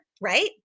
right